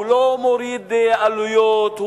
הוא לא מוריד עלויות,